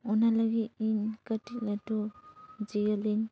ᱚᱱᱟ ᱞᱟᱹᱜᱤᱫ ᱤᱧ ᱠᱟᱹᱴᱤᱡ ᱞᱟᱹᱴᱩ ᱡᱤᱭᱟᱹᱞᱤᱧ